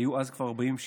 היו אז כבר 74